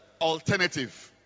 alternative